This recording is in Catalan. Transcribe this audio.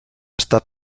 estat